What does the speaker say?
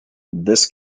this